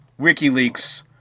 WikiLeaks